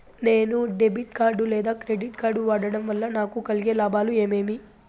నేను debit card లేదా credit card వాడడం వల్ల నాకు కలిగే లాభాలు ఏమేమీ?